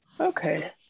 okay